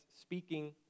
speaking